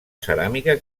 ceràmica